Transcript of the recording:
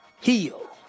Heal